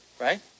Right